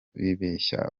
bibeshya